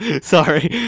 sorry